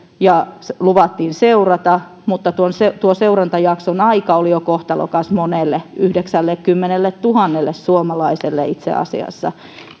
ja luvattiin seurata mutta jo tuo seurantajakson aika oli kohtalokas monelle yhdeksällekymmenelletuhannelle suomalaiselle itse asiassa